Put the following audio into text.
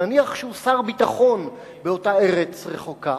נניח שהוא שר ביטחון באותה ארץ רחוקה.